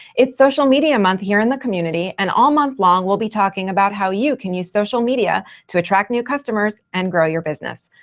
it's social media month here in the community. and all month long, we'll be talking about how you can use social media to attract new customers and grow your business.